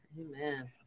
Amen